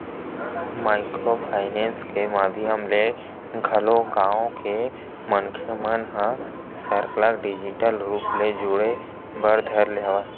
micro finance के माधियम ले घलो गाँव के मनखे मन ह सरलग डिजिटल रुप ले जुड़े बर धर ले हवय